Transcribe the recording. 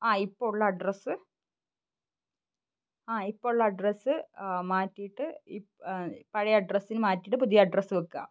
ആ ഇപ്പം ഉള്ള അഡ്രസ്സ് ആ ഇപ്പം ഉള്ള അഡ്രസ്സ് മാറ്റിയിട്ട് ഈ പഴയ അഡ്രസ്സിന് മാറ്റിയിട്ട് പുതിയ അഡ്രസ്സ് വയ്ക്കുക